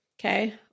okay